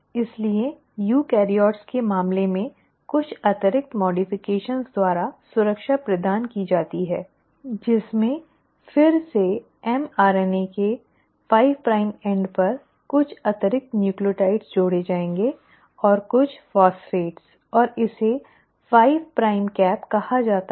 इसलिए यूकेरियोट्स के मामले में कुछ अतिरिक्त संशोधनों द्वारा सुरक्षा प्रदान की जाती है जिसमें फिर से mRNA के 5 प्राइम एंड पर कुछ अतिरिक्त न्यूक्लियोटाइड जोड़े जाएंगे और यह और कुछ फॉस्फेट और इसे 5 प्राइम कैप कहा जाता है